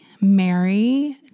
Mary